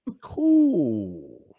Cool